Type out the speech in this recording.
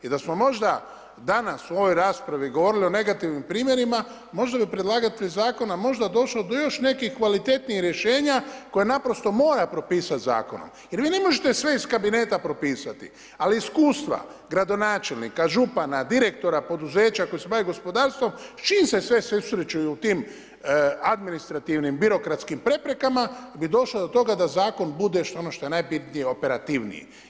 I dasmo možda danas u ovoj raspravi govorili o negativnim primjerima, možda bi predlagatelj zakona možda došao do još nekih kvalitetnijih rješenja koja naprosto mora propisati zakon jer vi ne možete sve iz kabineta propisati, ali iskustva gradonačelnika, župana, direktora poduzeća koji se bavi gospodarstvom, s čim se sve susreće u tim administrativnim, birokratskim preprekama bi došao do toga da zakon bude ono što je najbitnije, operativniji.